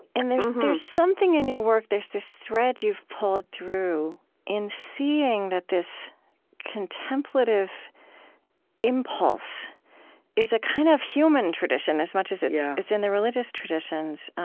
and there's there's something in your work, there's this thread you've pulled through in seeing that this contemplative impulse is a kind of human tradition as much as it's yeah it's in the religious traditions.